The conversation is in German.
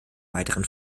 weiteren